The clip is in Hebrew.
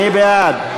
מי בעד?